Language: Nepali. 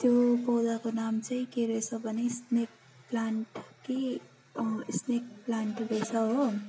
त्यो पौधाको नाम चाहिँ के रहेछ भने स्नेक प्लान्ट कि अँ स्नेक प्लान्ट रहेछ हो